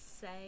say